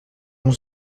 onze